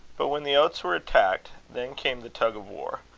but when the oats were attacked, then came the tug of war.